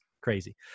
crazy